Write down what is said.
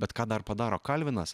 bet kad dar padaro kalvinas